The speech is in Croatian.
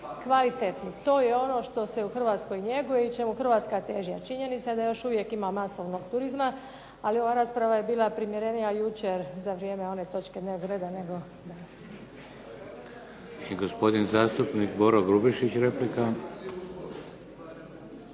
Kvalitetni. To je ono što se u Hrvatskoj njeguje i čemu Hrvatska teži. A činjenica je da još uvijek ima masovnog turizma, ali ova rasprava je bila primjerenija jučer za vrijeme one točke dnevnog reda, nego danas. **Šeks, Vladimir (HDZ)** I gospodin zastupnik Boro Grubišić, replika.